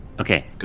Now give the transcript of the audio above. Okay